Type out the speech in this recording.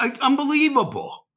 Unbelievable